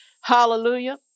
Hallelujah